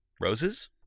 Roses